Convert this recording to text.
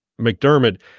McDermott